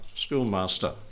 Schoolmaster